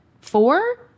Four